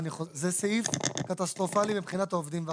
זה סעיף קטסטרופלי מבחינת העובדים והחברות.